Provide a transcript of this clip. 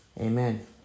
Amen